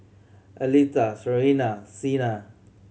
Aletha Sarina Xena